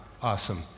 awesome